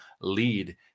lead